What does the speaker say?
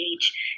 age